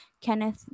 kenneth